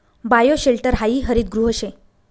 bioshelter हायी हरितगृह शे